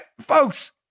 Folks